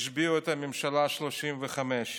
השביעו את הממשלה השלושים-וחמש.